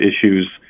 issues